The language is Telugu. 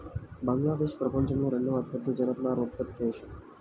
బంగ్లాదేశ్ ప్రపంచంలో రెండవ అతిపెద్ద జనపనార ఉత్పత్తి దేశం